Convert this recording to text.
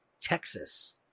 Texas